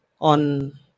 on